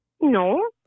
No